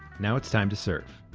now it's time to serve